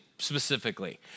specifically